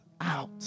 out